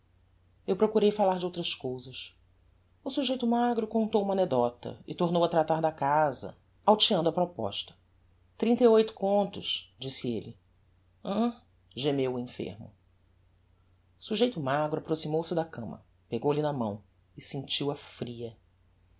eu procurei falar de outras cousas o sujeito magro contou uma anecdota e tornou a tratar da casa alteando a proposta trinta e oito contos disse elle am gemeu o enfermo o sujeito magro aproximou-se da cama pegou-lhe na mão e sentiu a fria